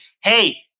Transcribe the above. hey